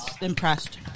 Impressed